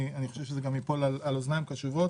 זה גם ייפול על אוזניים קשובות